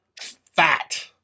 fat